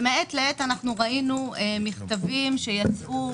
ומעת לעת ראינו מכתבים שיצאו,